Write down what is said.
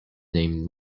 named